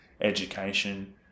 education